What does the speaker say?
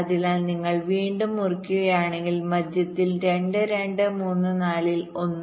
അതിനാൽ നിങ്ങൾ വീണ്ടും മുറിക്കുകയാണെങ്കിൽ മധ്യത്തിൽ 2 2 3 4 ൽ 1